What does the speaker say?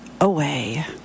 Away